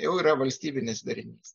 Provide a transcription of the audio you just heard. jau yra valstybinis darinys